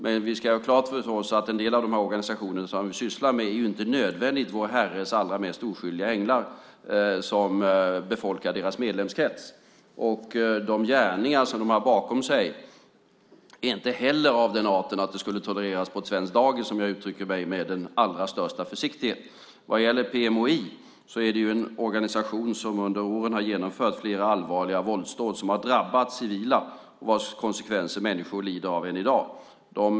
Men när det gäller den organisation som vi sysslar med ska vi ha klart för oss att det inte nödvändigtvis är vår Herres allra mest oskyldiga änglar som befolkar deras medlemskrets. De gärningar som de har bakom sig är inte heller av den arten att de skulle tolereras på ett svenskt dagis, om jag uttrycker mig med den allra största försiktighet. PMOI är en organisation som under åren har genomfört flera allvarliga våldsdåd som har drabbat civila och vilkas konsekvenser människor lider av än i dag.